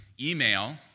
email